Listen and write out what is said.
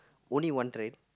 only one right